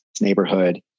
neighborhood